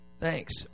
Thanks